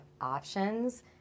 options